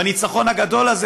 בניצחון הגדול הזה,